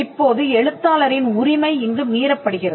இப்போது எழுத்தாளரின் உரிமை இங்கு மீறப்படுகிறது